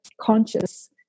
conscious